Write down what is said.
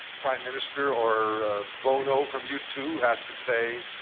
prime minister, or bono from u two has to say,